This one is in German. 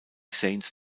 saints